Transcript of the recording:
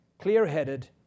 clear-headed